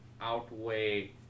outweigh